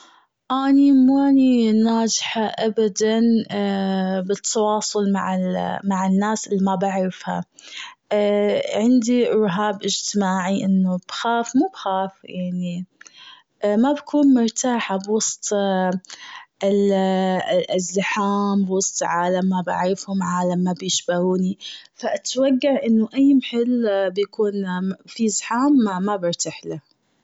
انا ماني ناجحة بالتواصل مع- مع الناس اللي ما بعرفها. عندي ارهاب اجتماعي إنه بخاف مو بخاف يعني. ما بكون مرتاحة بوسط ال- الزحام وسط عالم ما بعرفهم عالم ما بشبهوني. فاتوقع أنه أي محل بيكون فيه زحام ما برتاح له.